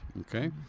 Okay